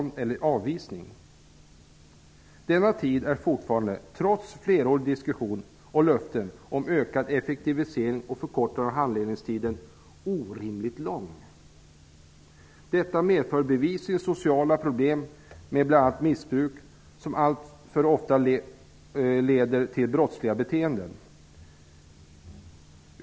Denna tid är fortfarande, trots flerårig diskussion och löften om ökad effektivisering och förkortande av handläggningstiden, orimligt lång. Detta medför bevisligen sociala problem med bl.a. missbruk, som alltför ofta leder till brottsliga beteenden.